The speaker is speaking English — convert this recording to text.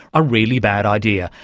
a really bad idea.